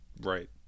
Right